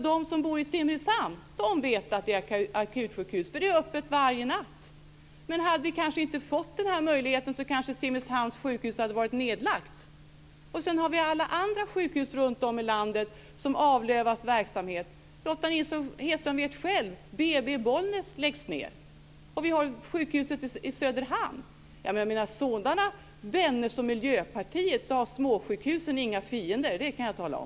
De som bor i Simrishamn vet att det är ett akutsjukhus, för det är öppet varje natt. Men hade man inte fått den möjligheten hade kanske Simrishamns sjukhus varit nedlagt. Sedan har vi alla andra sjukhus runtom i landet som avlövas verksamhet. Lotta Nilsson-Hedström vet detta själv. BB i Bollnäs läggs ned. Vi har sjukhuset i Söderhamn. Med sådana vänner som Miljöpartiet behöver småsjukhusen inga fiender, det kan jag tala om.